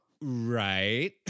Right